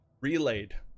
Relayed